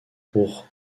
pour